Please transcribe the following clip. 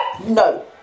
No